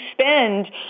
spend